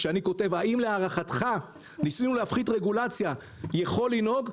כאשר אני כותב: האם להערכתך הוא יכול לנהוג?